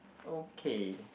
okay